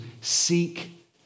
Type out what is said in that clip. seek